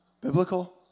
Biblical